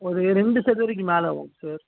ஒரு ரெண்டு சதுரடிக்கு மேலே ஆகுங்க சார்